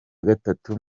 gatatu